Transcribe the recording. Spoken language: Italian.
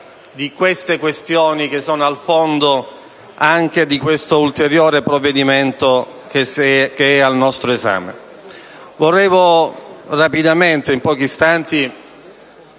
delle questioni che sono alla base anche di questo ulteriore provvedimento al nostro esame.